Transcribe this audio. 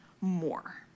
more